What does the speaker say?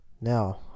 Now